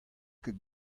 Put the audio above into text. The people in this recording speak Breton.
ket